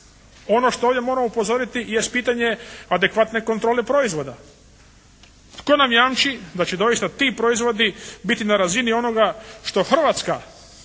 Ono što ovdje moram upozoriti jest pitanje adekvatne kontrole proizvoda. Tko nam jamči da će doista ti proizvodi biti na razini onoga što Hrvatska